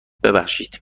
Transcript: ببخشید